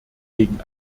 gegen